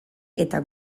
eta